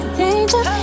danger